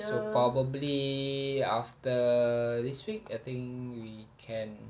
so probably after this week I think we can